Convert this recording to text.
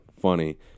funny